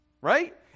right